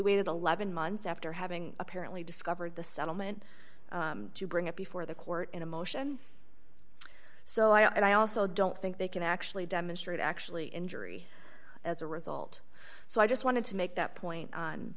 waited a levin months after having apparently discovered the settlement to bring it before the court in a motion so i also don't think they can actually demonstrate actually injury as a result so i just wanted to make that point